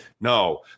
no